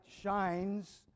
shines